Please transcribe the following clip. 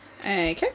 Okay